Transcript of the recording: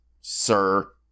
Sir